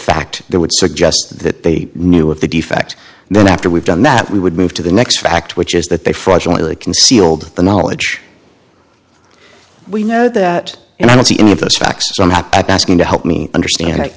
fact that would suggest that they knew of the defect and then after we've done that we would move to the next fact which is that they fortunately concealed the knowledge we know that and i don't see any of those facts something that's going to help me understand that